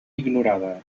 ignorada